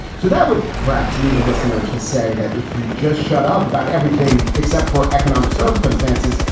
so that would perhaps lead a listener to say that if he just shut up about everything except for economic circumstances,